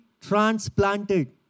transplanted